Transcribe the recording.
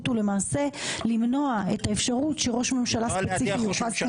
ולמעשה למנוע את האפשרות שראש ממשלה ספציפי יוכרז כנבצר.